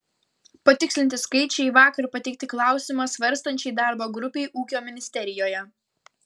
patikslinti skaičiai vakar pateikti klausimą svarstančiai darbo grupei ūkio ministerijoje